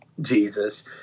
Jesus